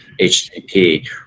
HTTP